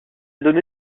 donné